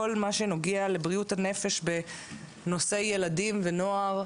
כל מה שנוגע לבריאות הנפש בנושא ילדים ונוער,